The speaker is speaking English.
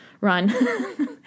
Run